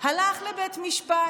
הלך לבית משפט,